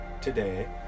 today